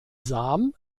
sam